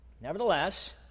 Nevertheless